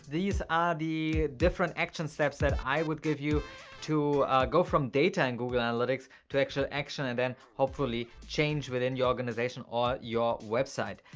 these are the different action steps that i would give you to go from data in google analytics to actual action and then hopefully change within your organization or your website.